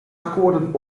akkoorden